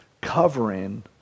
covering